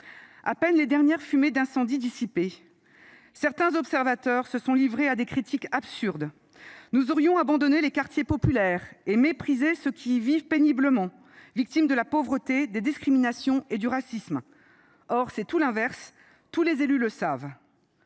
À peine les dernières fumées d’incendie dissipées, certains observateurs se sont livrés à des critiques absurdes : nous aurions abandonné les quartiers populaires et méprisé ceux qui y vivent péniblement, victimes de la pauvreté, des discriminations et du racisme. Or c’est tout l’inverse : tous les élus le savent